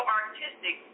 artistic